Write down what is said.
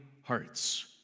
hearts